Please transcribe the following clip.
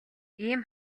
ийм